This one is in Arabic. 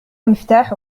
مفتاحك